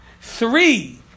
Three